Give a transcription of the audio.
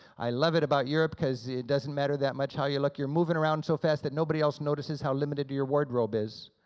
i love it about europe because it doesn't matter that much how you look, you're moving around so fast that nobody else notices how limited to your wardrobe is,